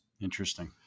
interesting